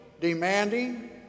demanding